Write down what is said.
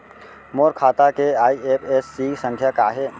मोर खाता के आई.एफ.एस.सी संख्या का हे?